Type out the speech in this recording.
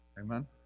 Amen